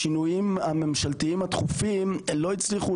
השינויים הממשלתיים התכופים לא הצליחו